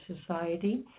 society